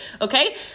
okay